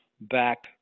back